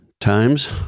times